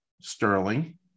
sterling